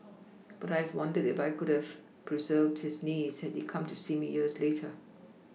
but I have wondered if I could have pReserved his knees had he come to see me years later